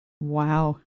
Wow